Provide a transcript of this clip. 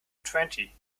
twenty